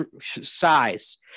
size